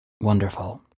Wonderful